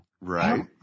Right